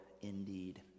indeed